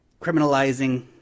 criminalizing